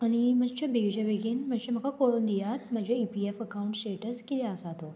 आनी मातशे बेगीनच्या बेगीन मात्शे म्हाका कळून दियात म्हजे E P F account status कितें आसा तो